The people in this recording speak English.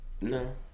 No